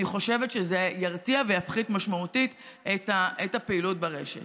אני חושבת שזה ירתיע ויפחית משמעותית את הפעילות ברשת.